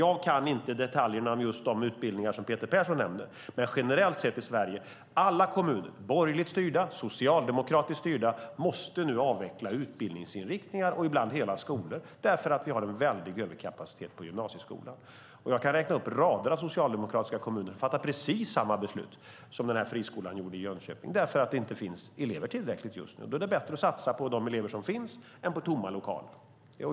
Jag kan inte detaljerna om just de utbildningar som Peter Persson nämner, men generellt sett måste alla kommuner i Sverige, borgerligt styrda och socialdemokratiskt styrda, avveckla utbildningsinriktningar och ibland hela skolor eftersom vi har en väldig överkapacitet i gymnasieskolan. Jag kan räkna upp rader av socialdemokratiska kommuner som fattar precis samma beslut som den här friskolan gjorde i Jönköping på grund av att det inte finns tillräckligt många elever just nu. Då är det bättre att satsa på de elever som finns än på tomma lokaler.